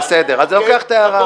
בסדר, אני לוקח את ההערה.